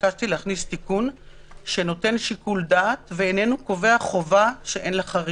ביקשתי להכניס תיקון שנותן שיקול דעת ואיננו קובע חובה שאין לה חריגים.